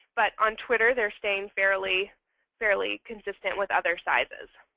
but on twitter, they're staying fairly fairly consistent with other sizes.